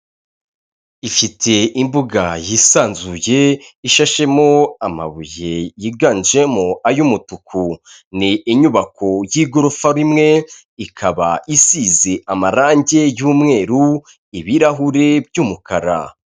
Ifite imbuga yisanzuye ishashemo amabuye yiganjemo ay'umutuku, ni inyubako y'igorofa rimwe ikaba isize amarangi y'umweru ibirahure by'umukara.